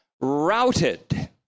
routed